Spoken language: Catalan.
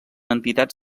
entitats